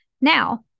Now